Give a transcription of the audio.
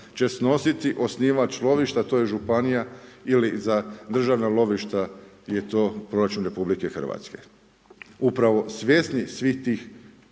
će snositi osnivač lovišta, a to je županija ili za državna lovišta je to Proračun RH. Upravo svjesni svih tih